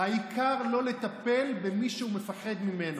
העיקר לא לטפל במי שהוא מפחד ממנו,